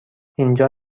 اینجا